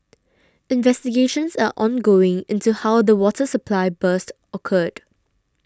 investigations are ongoing into how the water supply burst occurred